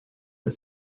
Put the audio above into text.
the